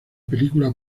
película